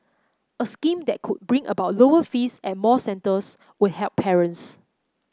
a scheme that could bring about lower fees at more centres would help parents